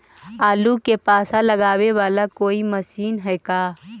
आलू मे पासा लगाबे बाला कोइ मशीन है का?